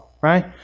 right